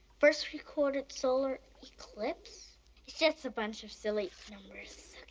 first recorded solar eclipse. it's just a bunch of silly numbers.